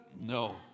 No